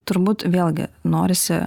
turbūt vėlgi norisi